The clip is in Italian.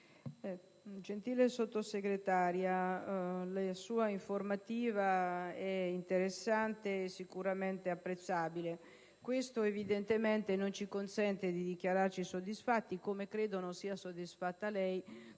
Gentile Sottosegretaria, le sua informativa è interessante e sicuramente apprezzabile. Questo evidentemente non ci consente di dichiararci soddisfatti, come credo non sia soddisfatta lei,